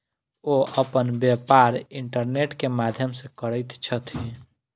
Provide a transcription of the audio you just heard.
ओ अपन व्यापार इंटरनेट के माध्यम से करैत छथि